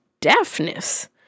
deafness